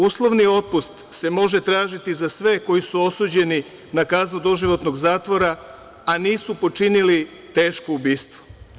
Uslovni otpust se može tražiti za sve koji su osuđeni na kaznu doživotnog zatvora, a nisu počinili teško ubistvo.